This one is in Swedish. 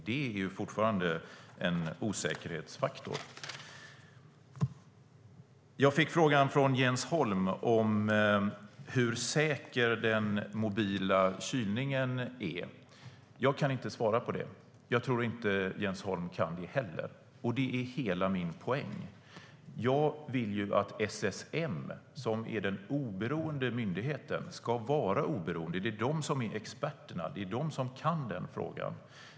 Det är fortfarande en osäkerhetsfaktor. Jag fick frågan från Jens Holm om hur säker den mobila kylningen är. Jag kan inte svara på det. Jag tror inte heller Jens Holm kan det. Det är hela min poäng. Jag vill att SSM, som är den oberoende myndigheten, ska vara oberoende. Det är de som är experterna och kan den frågan.